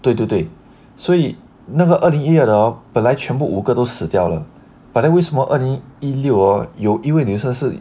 对对对所以那个二零一二的 hor 本来全部五个都死掉了 but then 为什么二零一六 hor 有一位女生是